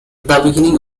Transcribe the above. beginning